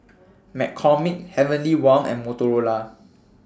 McCormick Heavenly Wang and Motorola